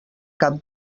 cap